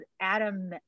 Adam